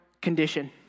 condition